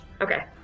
Okay